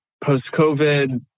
post-COVID